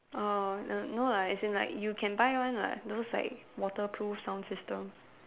err n~ no lah as in like you can buy one [what] those like waterproof sound system